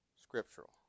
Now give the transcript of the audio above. scriptural